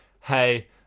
hey